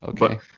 Okay